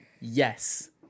yes